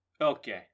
Okay